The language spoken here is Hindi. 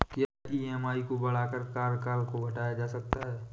क्या ई.एम.आई को बढ़ाकर कार्यकाल को घटाया जा सकता है?